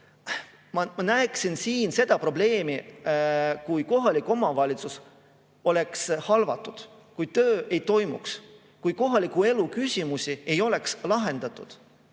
näeksin seda probleemi, kui kohalik omavalitsus oleks halvatud, kui töö ei toimuks, kui kohaliku elu küsimusi ei oleks lahendatud.